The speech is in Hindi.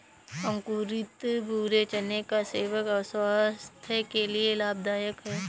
अंकुरित भूरे चने का सेवन स्वास्थय के लिए लाभदायक है